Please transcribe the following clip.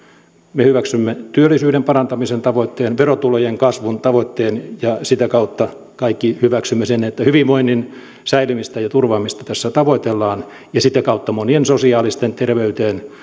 me hyväksymme työllisyyden parantamisen tavoitteen verotulojen kasvun tavoitteen ja sitä kautta kaikki hyväksymme sen että hyvinvoinnin säilymistä ja turvaamista tässä tavoitellaan ja sitä kautta monien sosiaalisten terveyteen